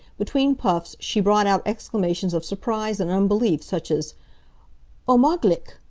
between puffs she brought out exclamations of surprise and unbelief such as unmoglich!